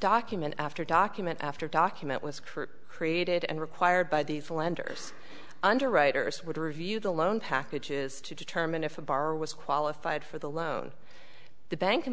document after document after document was curt created and required by these lenders underwriters would review the loan packages to determine if a bar was qualified for the loan the bank